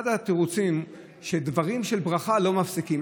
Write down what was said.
אחד התירוצים, שדברים של ברכה לא מפסיקים.